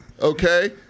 Okay